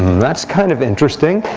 that's kind of interesting.